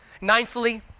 Ninthly